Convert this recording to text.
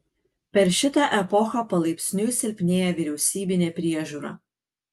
per šitą epochą palaipsniui silpnėja vyriausybinė priežiūra